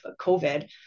COVID